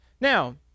Now